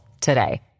today